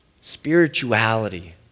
spirituality